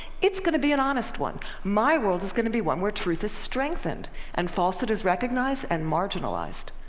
it's going to be an honest one. my world is going to be one where truth is strengthened and falsehood is recognized and marginalized.